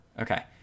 Okay